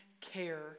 care